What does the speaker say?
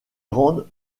rendent